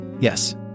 Yes